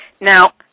Now